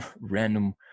random